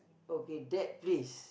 okay that place